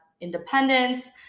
independence